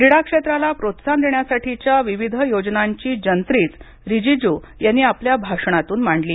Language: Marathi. क्रीडा क्षेत्राला प्रोत्साहन देण्यासाठीच्या विविध योजनांची जंत्रीच रीजीज् यांनी आपल्या भाषणातून मांडली